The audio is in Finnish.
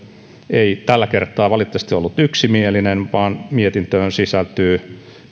ei tällä kertaa valitettavasti ollut yksimielinen vaan mietintöön sisältyy